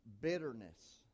bitterness